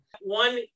One